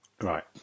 right